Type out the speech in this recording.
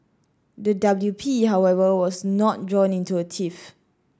the W P However was not drawn into a tiff